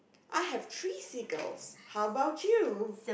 I have three seagulls how about you